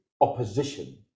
opposition